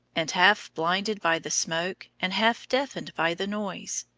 and half-blinded by the smoke and half deafened by the noise,